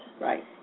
Right